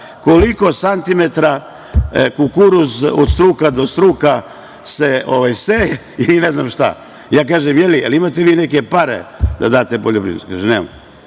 koliko santimetara kukuruz od struka do struka se seje, ili ne znam šta. Ja kažem - imate li vi neke pare da date poljoprivrednicima?